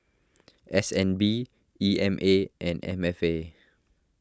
S N B E M A and M F A